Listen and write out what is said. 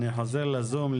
אני חוזר לזום,